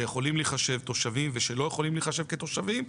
שיכולים להיחשב תושבים ושלא יכולים להיחשב כתושבים,